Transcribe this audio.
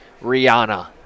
Rihanna